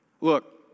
Look